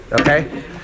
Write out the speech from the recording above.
Okay